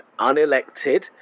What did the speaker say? unelected